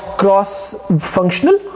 cross-functional